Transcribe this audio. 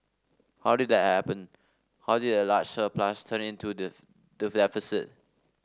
how did that happen how did a large surplus turn into